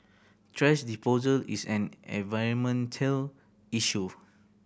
thrash disposal is an environmental issue